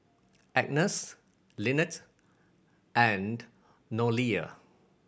Agnes Linette and Noelia